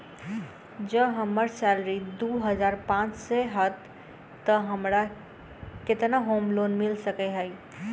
जँ हम्मर सैलरी दु हजार पांच सै हएत तऽ हमरा केतना होम लोन मिल सकै है?